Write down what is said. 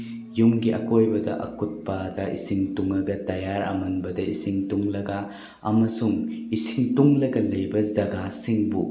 ꯌꯨꯝꯒꯤ ꯑꯀꯣꯏꯕꯗ ꯑꯀꯨꯠꯄꯗ ꯏꯁꯤꯡ ꯇꯨꯡꯉꯥꯒ ꯇꯌꯦꯔ ꯑꯃꯟꯕꯗ ꯏꯁꯤꯡ ꯇꯨꯡꯂꯒ ꯑꯃꯁꯨꯡ ꯏꯁꯤꯡ ꯇꯨꯡꯂꯒ ꯂꯩꯕ ꯖꯒꯥꯁꯤꯡꯕꯨ